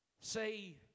Say